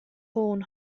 horn